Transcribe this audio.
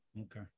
Okay